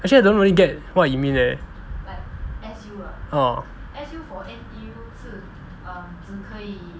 actually I don't really get what you mean leh uh